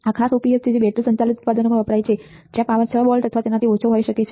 આ ખાસ op amp છે જે બેટરી સંચાલિત ઉત્પાદનોમાં વપરાય છે જ્યાં પાવર સપ્લાય 6 V અથવા તેનાથી ઓછો હોઈ શકે છે